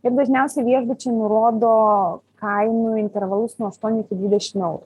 ir dažniausiai viešbučiai nurodo kainų intervalus nuo aštuonių iki dvidešim eurų